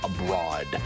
abroad